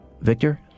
Victor